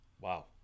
Wow